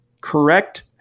correct